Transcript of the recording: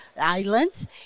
islands